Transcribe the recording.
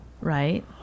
Right